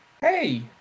Hey